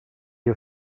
you